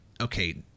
okay